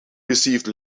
received